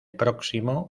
próximo